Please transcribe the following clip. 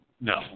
No